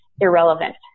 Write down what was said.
irrelevant